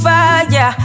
Fire